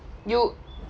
you